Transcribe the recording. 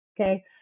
Okay